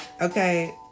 Okay